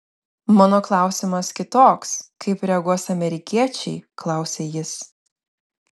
mano klausimas kitoks kaip reaguos amerikiečiai klausia jis